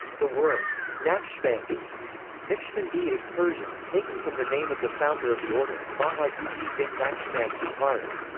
the word naqshbandi naqshbandi is persian, taken from the name of the founder of the order, baha-ud-din naqshband bukhari.